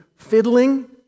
fiddling